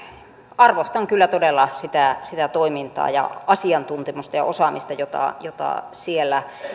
arvostan kyllä todella sitä sitä toimintaa ja asiantuntemusta ja osaamista jota jota siellä